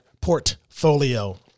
portfolio